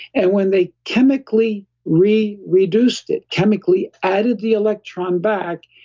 and when they chemically re-reduced it, chemically added the electron back,